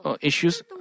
issues